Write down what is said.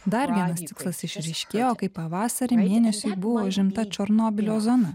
dar vienas tikslas išryškėjo kai pavasarį mėnesiui buvo užimta černobylio zona